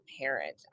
parent